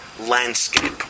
landscape